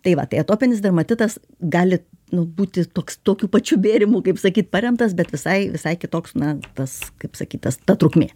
tai va tai atopinis dermatitas gali nu būti toks tokiu pačiu bėrimu kaip sakyt paremtas bet visai visai kitoks na tas kaip sakyt tas ta trukmė